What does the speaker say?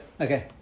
Okay